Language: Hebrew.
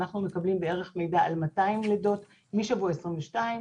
אנחנו מקבלים מידע בערך על 200 לידות משבוע 22,